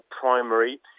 primary